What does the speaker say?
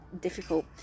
difficult